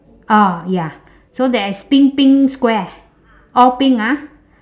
oh ya so there is pink pink square all pink ah